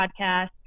podcast